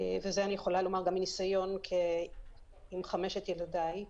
וזה אני יכולה לומר גם מניסיון עם חמשת ילדיי,